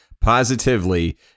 positively